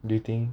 do you think